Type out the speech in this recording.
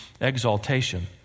exaltation